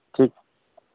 ठीक